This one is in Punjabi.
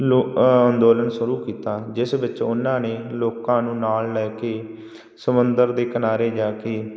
ਲੋ ਅੰਦੋਲਨ ਸ਼ੁਰੂ ਕੀਤਾ ਜਿਸ ਵਿੱਚ ਉਹਨਾਂ ਨੇ ਲੋਕਾਂ ਨੂੰ ਨਾਲ ਲੈ ਕੇ ਸਮੁੰਦਰ ਦੇ ਕਿਨਾਰੇ ਜਾ ਕੇ